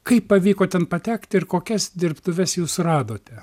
kaip pavyko ten patekti ir kokias dirbtuves jūs radote